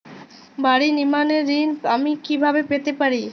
বাড়ি নির্মাণের ঋণ আমি কিভাবে পেতে পারি?